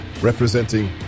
representing